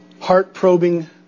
heart-probing